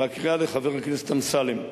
והקריאה לחבר הכנסת אמסלם,